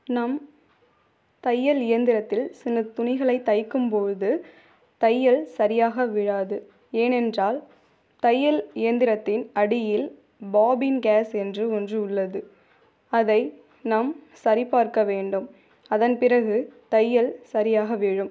நம் தையல் இயந்திரத்தில் சில துணிகளைத் தைக்கும் போது தையல் சரியாக விழாது ஏனென்றால் தையல் இயந்திரத்தின் அடியில் பாபின் கேஸ் என்று ஒன்று உள்ளது அதை நாம் சரிபார்க்க வேண்டும் அதன் பிறகு தையல் சரியாக விழும்